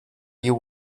you